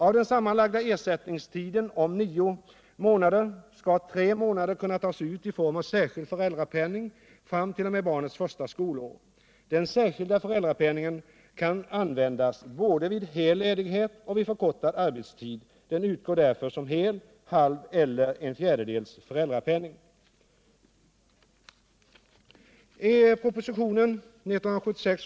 Av den sammanlagda ersättningstiden om nio månader skall tre månader kunna tas ut i form av särskild föräldrapenning fram t.o.m. barnets första skolår. Den särskilda föräldrapenningen kan användas både vid hel ledighet och vid förkortad arbetstid. Den utgår därför som hel, halv eller en fjärdedels föräldrapenning.